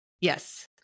Yes